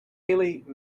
haile